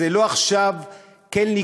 זה עכשיו לא כן ליכוד,